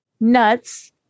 nuts